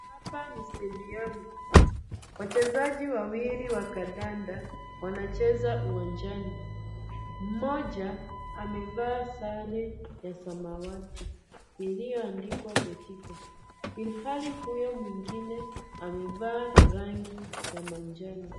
Hapa ni stediumu .Wachezaji wawili wa kandanda wanacheza uwanjani. Mmoja amevaa sare ya samawati iliyoandikwa Betika ilhali huyo mwingine amevaa rangi ya manjano.